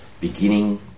beginning